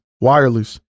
wireless